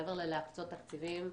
מעבר להקצות תקציבים,